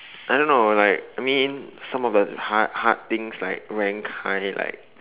I don't know like I mean some of the hard hard things like rank high like